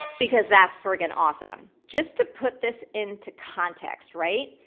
because that's friggin' awesome. just to put this into context, right?